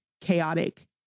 chaotic